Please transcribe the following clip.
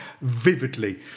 vividly